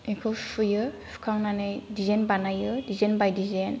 एखौ सुयो सुखांनानै डिजाइन बानायो डिजाइन बाय डिजाइन